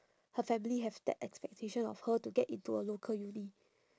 her family have that expectation of her to get into a local uni